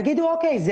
בסדר,